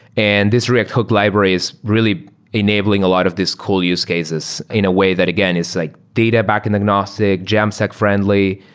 and this react hook library is really enabling a lot of this cool use cases in a way that, again, is like data back in agnostic, jamstack friendly.